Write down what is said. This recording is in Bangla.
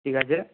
ঠিক আছে